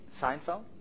Seinfeld